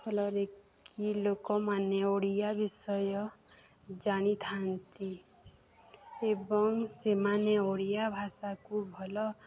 ଫଳର କିି ଲୋକମାନେ ଓଡ଼ିଆ ବିଷୟ ଜାଣିଥାନ୍ତି ଏବଂ ସେମାନେ ଓଡ଼ିଆ ଭାଷାକୁ ଭଲ